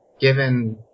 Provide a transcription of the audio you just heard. given